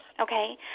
okay